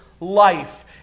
life